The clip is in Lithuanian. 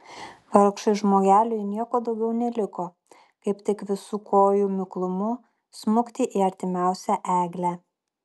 vargšui žmogeliui nieko daugiau neliko kaip tik visu kojų miklumu smukti į artimiausią eglę